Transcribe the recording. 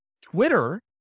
Twitter